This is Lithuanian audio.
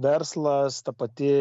verslas ta pati